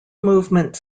movement